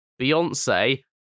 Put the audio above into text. Beyonce